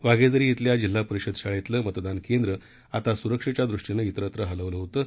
वाघेझरी खेल्या जिल्हा परिषद शाळेतलं मतदान केंद्र आता सुरक्षेच्या दृष्टीनं विस्त्र हलवण्यात आलं होतं